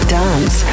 dance